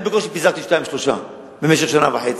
אני בקושי פיזרתי שתיים-שלוש, במשך שנה וחצי.